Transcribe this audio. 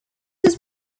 was